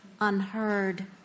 unheard